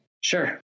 Sure